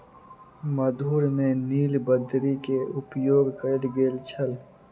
मधुर में नीलबदरी के उपयोग कयल गेल छल